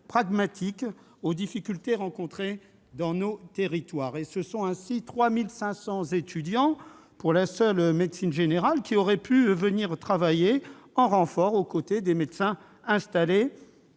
pragmatique aux difficultés rencontrées dans nos territoires. Ce sont ainsi 3 500 étudiants, pour la seule médecine générale, qui auraient pu venir travailler en renfort aux côtés des médecins installés,